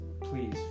please